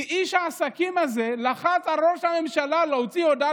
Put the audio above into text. כי איש העסקים הזה לחץ על ראש הממשלה להוציא הודעה